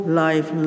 life